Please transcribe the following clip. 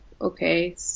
okay